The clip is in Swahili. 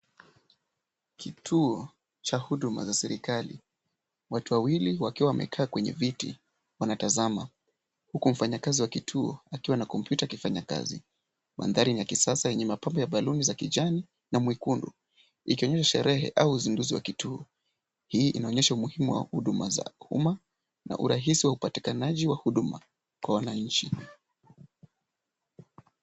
Kituo cha huduma za serikali. Watu wawili wakiwa wamekaa kwenye viti wanatazama huku mfanyikazi wa kituo akiwa na kompyuta akifanya kazi. Mandhari ni ya kisasa yenye mapambo ya baluni za kijani na nyekundu ikionyesha sherehe na uzinduzi wa kituo. Hii inaonyesha umuhimu wa huduma za umma na urahisi wa upatikanaji wa huduma kwa wananchi.